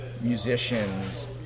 musicians